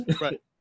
Right